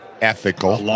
ethical